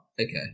Okay